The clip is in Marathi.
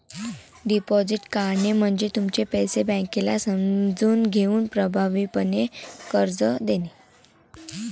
डिपॉझिट काढणे म्हणजे तुमचे पैसे बँकेला समजून घेऊन प्रभावीपणे कर्ज देणे